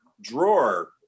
drawer